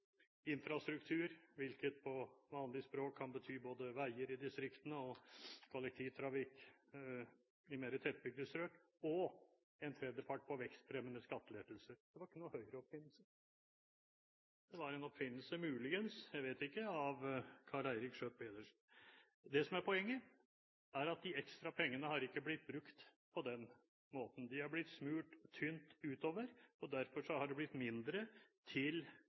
infrastruktur, som på vanlig språk kan bety både veier i distriktene og kollektivtrafikk i mer tettbebygde strøk, og en tredjedel til vekstfremmende skattelettelser. Det var ikke en Høyre-oppfinnelse. Det var en oppfinnelse av – muligens, jeg vet ikke – Karl Eirik Schjøtt-Pedersen. Poenget er at de ekstra pengene ikke har blitt brukt på den måten. De har blitt smurt tynt utover, og derfor har det blitt mindre til